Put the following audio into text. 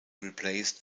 replaced